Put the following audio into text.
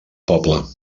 poble